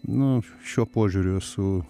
nu šiuo požiūriu esu